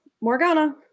Morgana